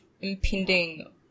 impending